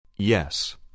Yes